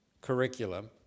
curriculum